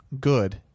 good